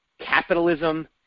capitalism